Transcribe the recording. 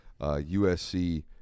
USC